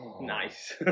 nice